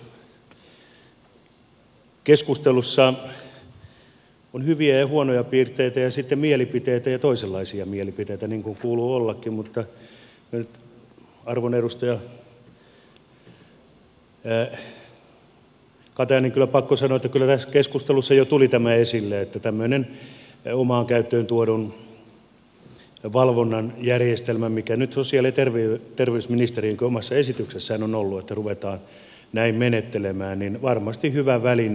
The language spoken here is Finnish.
keskustelussa on hyviä ja huonoja piirteitä ja sitten mielipiteitä ja toisenlaisia mielipiteitä niin kuin kuuluu ollakin mutta minun on nyt arvon edustaja kataja kyllä pakko sanoa että kyllä tässä keskustelussa jo tuli tämä esille että tämmöinen omaan käyttöön tuodun valvonnan järjestelmä mikä nyt sosiaali ja terveysministeriön omassa esityksessäkin on ollut että ruvetaan näin menettelemään on varmasti hyvä väline